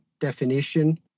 definition